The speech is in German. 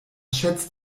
schätzt